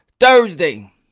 Thursday